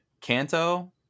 Kanto